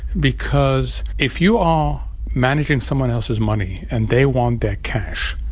because if you are managing someone else's money and they want that cash,